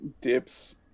Dips